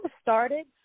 started